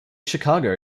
chicago